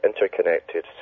interconnected